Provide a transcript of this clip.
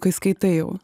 kai skaitai jau